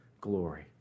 glory